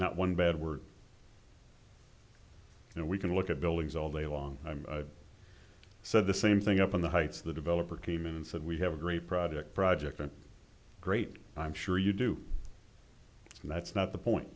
not one bad word you know we can look at buildings all day long said the same thing up on the heights the developer team and said we have a great project project and great i'm sure you do and that's not the point